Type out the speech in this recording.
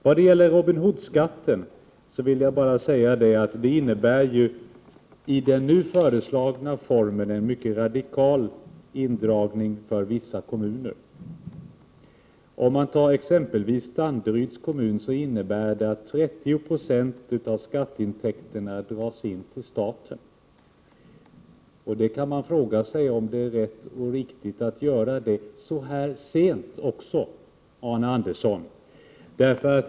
Vad gäller Robin Hood-skatten vill jag bara säga att den i den nu föreslagna formen innebär en mycket radikal indragning för vissa kommuner. För exempelvis Danderyds kommun innebär den att 30 96 av skatteintäkterna dras in till staten. Man kan fråga sig om det är rätt och riktigt att göra det — i synnerhet så här sent. Arne Andersson!